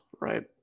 right